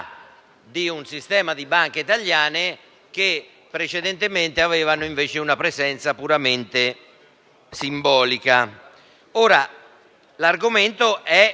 di un sistema di banche italiane che precedentemente avevano, invece, una presenza puramente simbolica.